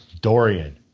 Dorian